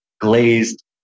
glazed